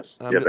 yes